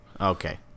Okay